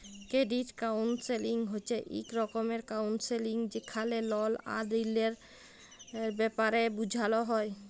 credit counselling হছে ইক রকমের কাউল্সেলিং যেখালে লল আর ঋলের ব্যাপারে বুঝাল হ্যয়